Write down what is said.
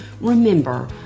Remember